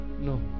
no